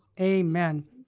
amen